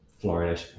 Florida